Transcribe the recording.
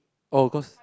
oh cause